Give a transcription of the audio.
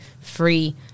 free